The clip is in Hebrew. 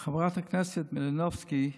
חברת הכנסת מלינובסקי,